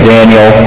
Daniel